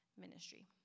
ministry